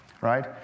Right